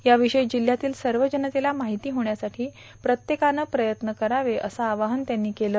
याविषयी जिल्ह्यातील सर्व जनतेला माहिती होण्यासाठी प्रत्येकानं प्रयत्न करावं असं आवाहन त्यांनी केलं